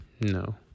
No